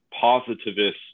positivist